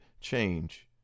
change